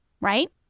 right